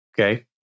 Okay